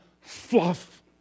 fluff